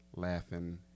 laughing